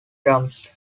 drums